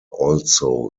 also